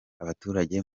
abaturage